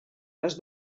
les